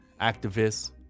activists